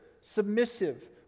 submissive